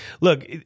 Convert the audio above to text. look